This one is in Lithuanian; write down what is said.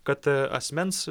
kad asmens